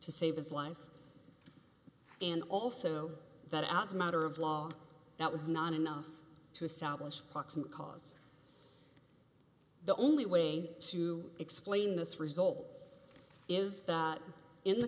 to save his life and also that as a matter of law that was not enough to establish proximate cause the only way to explain this result is in the